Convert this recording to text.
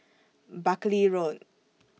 Buckley Road